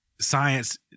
science